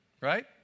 Right